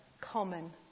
common